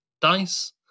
dice